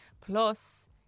Plus